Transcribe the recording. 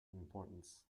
importance